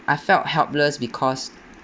I felt helpless because